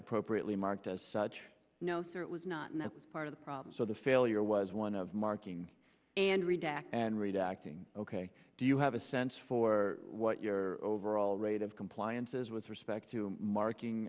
appropriately marked as such no sir it was not and that was part of the problem so the failure was one of marking and redact and reed acting ok do you have a sense for what your overall rate of compliance is with respect to marking